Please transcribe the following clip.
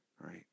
Right